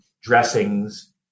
dressings